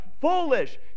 foolish